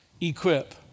equip